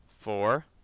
Four